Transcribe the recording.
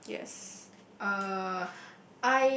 uh